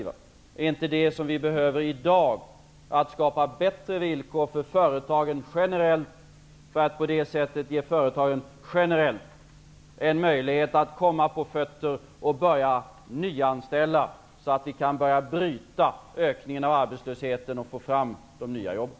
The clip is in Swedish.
Det är inte det som vi behöver i dag, utan vad vi behöver är att skapa bättre villkor för företagen generellt för att på det sättet ge företagen generellt en möjlighet att komma på fötter och börja nyanställa, så att vi kan börja bryta ökningen av arbetslösheten och få fram de nya jobben.